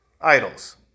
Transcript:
idols